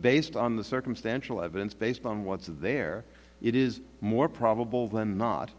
based on the circumstantial evidence based on what's in there it is more probable than not